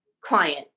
client